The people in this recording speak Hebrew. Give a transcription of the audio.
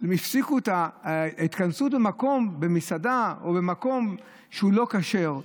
הם הפסיקו את ההתכנסות במסעדה או במקום שהוא לא כשר,